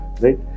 Right